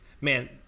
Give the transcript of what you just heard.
Man